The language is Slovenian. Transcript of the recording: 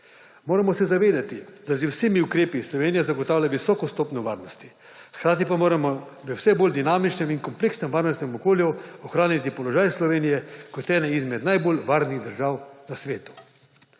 Moramo se zavedati, da z vsemi ukrepi Slovenija zagotavlja visoko stopnjo varnosti, hkrati pa moramo v vse bolj dinamičnem in kompleksnem varnostnem okolju ohraniti položaj Slovenije kot ene izmed najbolj varnih držav v svetu.